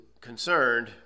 concerned